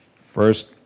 First